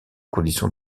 conditions